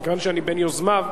מכיוון שאני בין יוזמיו,